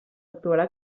actuarà